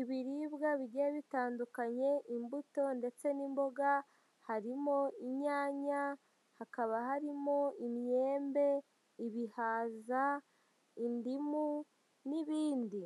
ibiribwa bigiye bitandukanye, imbuto ndetse n'imboga, harimo inyanya, hakaba harimo imyembe, ibihaza, indimu n'ibindi.